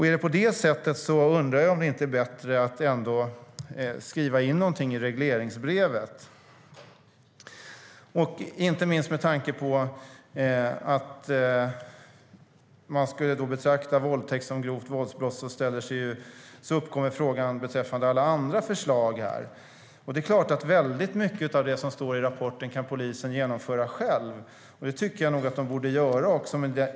Är det på det sättet undrar jag om det inte är bättre att ändå skriva in någonting i regleringsbrevet, inte minst med tanke på att frågan uppkommer beträffande alla andra förslag, om man nu ska betrakta våldtäkt som ett grovt våldsbrott. Väldigt mycket av det som står i rapporten är det klart att polisen kan genomföra själv, och det tycker jag nog att de borde göra också.